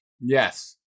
Yes